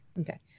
Okay